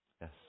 yes